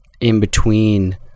in-between